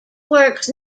works